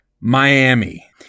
Miami